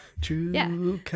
true